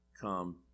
come